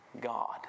God